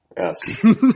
Yes